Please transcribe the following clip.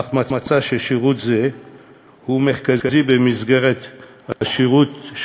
אך מצאה ששירות זה הוא מרכזי במסגרת השירותים